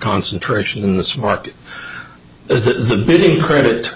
concentration in this market the big credit